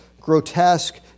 grotesque